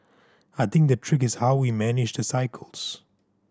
I think the trick is how we manage the cycles